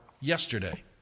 yesterday